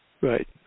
Right